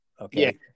Okay